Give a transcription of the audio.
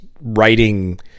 writing